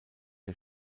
der